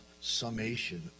summation